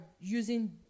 using